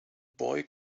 boy